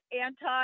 anti